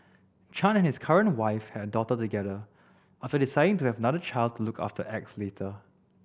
Chan and his current wife have a daughter together after deciding to have another child to look after X later